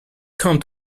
come